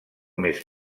més